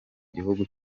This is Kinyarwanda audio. gihugu